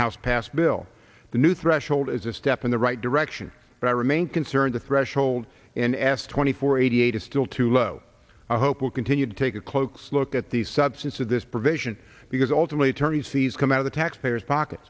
house passed bill the new threshold is a step in the right direction but i remain concerned the threshold and asked twenty four eighty eight is still too low a hope will continue to take a close look at the substance of this provision because ultimately attorneys fees come out of the taxpayers pocket